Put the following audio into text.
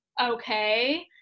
okay